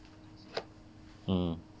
mm